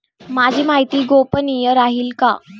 माझी माहिती गोपनीय राहील का?